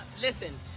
Listen